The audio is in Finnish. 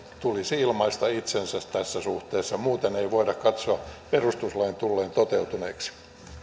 tulisi ilmaista itsensä tässä suhteessa muuten ei voida katsoa perustuslain tulleen toteutuneeksi